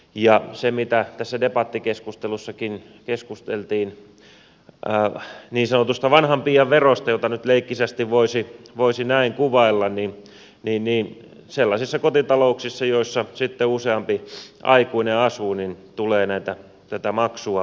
ja kun tässä debattikeskustelussakin keskusteltiin niin sanotusta vanhanpiian verosta jota nyt leikkisästi voisi näin kuvailla niin sellaisissa kotitalouksissa joissa asuu useampi aikuinen tulee tätä maksua myös enemmän